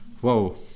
Whoa